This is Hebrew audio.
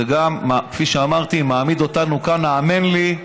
זה גם, כפי שאמרתי, מעמיד אותנו כאן, האמן לי,